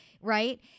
right